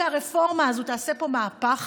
שהרפורמה הזאת תעשה פה מהפך,